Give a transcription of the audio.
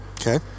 Okay